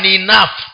enough